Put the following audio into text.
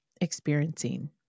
experiencing